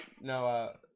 no